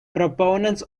proponents